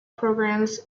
programs